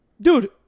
Dude